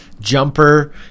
Jumper